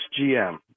GM